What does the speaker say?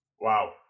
Wow